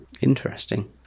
interesting